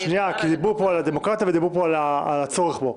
כי דיברו פה על הדמוקרטיה ועל הצורך בו.